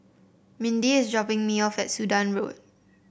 Mindy is dropping me off at Sudan Road